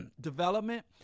development